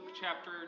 chapter